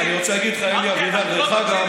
כל היום אתם מסיתים: חרדים,